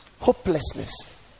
Hopelessness